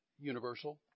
universal